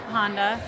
Honda